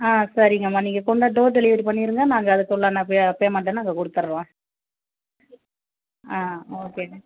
ஆ சரிங்கம்மா நீங்கள் கொண்டா டோர் டெலிவரி பண்ணிடுங்க நாங்கள் அதுக்குள்ளான பே பேமெண்ட்டை நாங்கள் கொடுத்தட்றோம் ஆ ஓகே